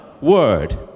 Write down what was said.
word